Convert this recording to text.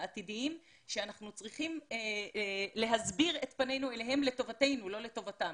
העתידיים שאנחנו צריכים להסביר את פנינו אליהם לטובתנו ולא לטובתם.